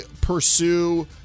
pursue